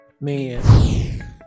Man